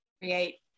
create